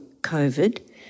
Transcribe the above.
COVID